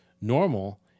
normal